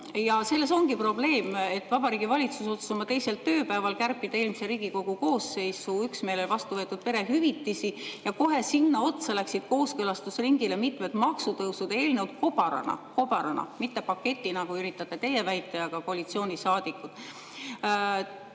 Selles ongi probleem, et Vabariigi Valitsus otsustas oma teisel tööpäeval kärpida eelmise Riigikogu koosseisu üksmeelel vastu võetud perehüvitisi, ja kohe sinna otsa läksid kooskõlastusringile mitmed maksutõusude eelnõud kobarana – kobarana, mitte paketina, nagu üritate teie väita, ja ka koalitsioonisaadikud. Kusjuures,